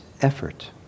effort